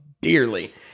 dearly